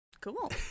Cool